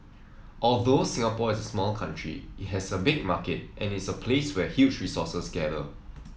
although Singapore is a small country it has a big market and its a place where huge resources gather